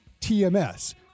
TMS